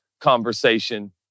conversation